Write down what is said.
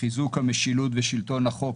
חיזוק המשילות ושלטון החוק,